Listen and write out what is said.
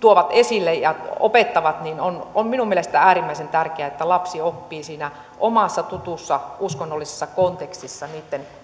tuovat esille ja opettavat on on minun mielestäni äärimmäisen tärkeää että lapsi oppii siinä omassa tutussa uskonnollisessa kontekstissa niitten